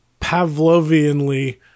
Pavlovianly